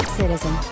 citizen